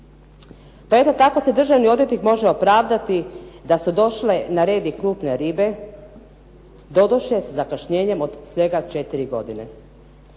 Pa eto tako se državni odvjetnik može opravdati da su došle na red i krupne ribe, doduše sa zakašnjenjem od svega četiri godine.